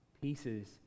pieces